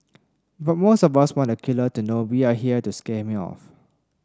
but most of us want the killer to know we are here to scare him off